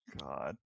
God